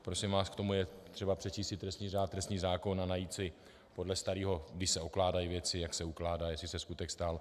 Prosím vás, k tomu je třeba přečíst si trestní řád, trestní zákon a najít si podle starého, kdy se ukládají věci, jak se ukládá, jestli se skutek stal.